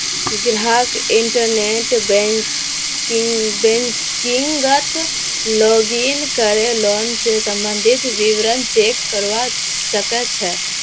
ग्राहक इंटरनेट बैंकिंगत लॉगिन करे लोन स सम्बंधित विवरण चेक करवा सके छै